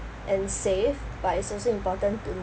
and save but it's also important to